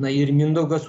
na ir mindaugas